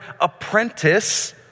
apprentice